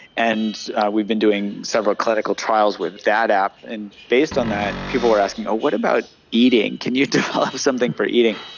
and we've been doing several clinical trials with that app. and based on that, people were asking what about eating, can you develop something for eating?